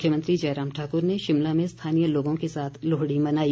मुख्यमंत्री जयराम ठाकुर ने शिमला में स्थानीय लोगों के साथ लोहड़ी मनाई